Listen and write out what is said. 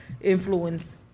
influence